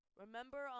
Remember